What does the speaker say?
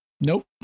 nope